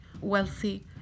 wealthy